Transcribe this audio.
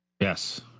Yes